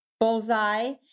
bullseye